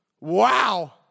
wow